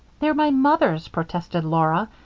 they're my mother's, protested laura.